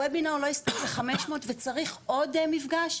וובינר לא הספיק לכ-500 איש וצריך עוד מפגש?